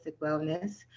wellness